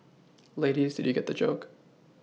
ladies did you get the joke